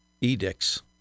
edicts